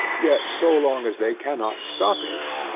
yet so long as they cannot stop it,